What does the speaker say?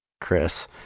Chris